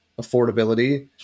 affordability